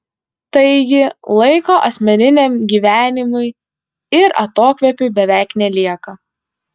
taigi laiko asmeniniam gyvenimui ir atokvėpiui beveik nelieka